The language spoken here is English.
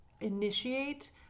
initiate